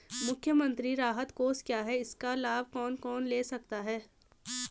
मुख्यमंत्री राहत कोष क्या है इसका लाभ कौन कौन ले सकता है?